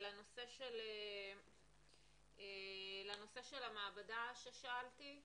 לנושא של המעבדה ששאלתי,